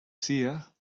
sia